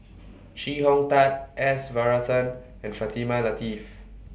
Chee Hong Tat S Varathan and Fatimah Lateef